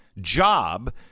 job